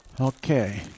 Okay